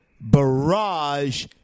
barrage